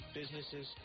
businesses